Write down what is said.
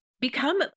become